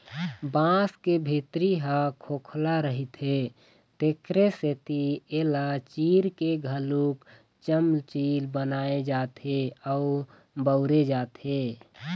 बांस के भीतरी ह खोखला रहिथे तेखरे सेती एला चीर के घलोक चमचील बनाए जाथे अउ बउरे जाथे